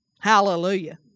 Hallelujah